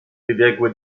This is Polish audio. wybiegły